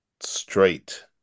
straight